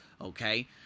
Okay